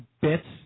bits